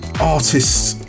artists